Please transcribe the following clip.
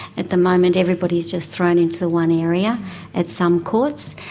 at the moment everybody is just thrown into the one area at some courts.